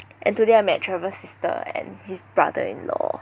and today I met Trevor 's sister and his brother in law